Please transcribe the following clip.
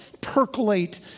percolate